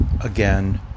Again